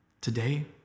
Today